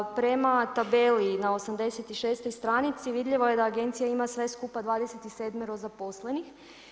Prema tabeli na 86. stranici vidljivo je da Agencija ima sve skupa 27 zaposlenih.